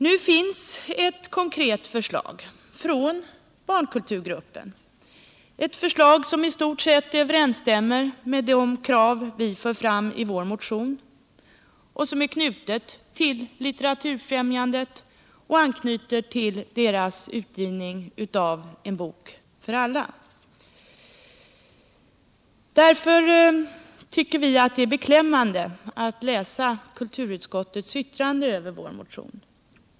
Nu finns ett konkret förslag från barnkulturgruppen, ett förslag som i stort sett överensstämmer med det krav vi för fram i vår motion och som är knutet till Litteraturfrämjandet och anknyter till dess utgivning av En bok för alla. Därför tycker vi att det är beklämmande att läsa kulturutskottets yttrande över vår motion.